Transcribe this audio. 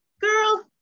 girl